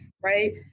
right